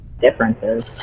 differences